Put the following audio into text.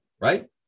right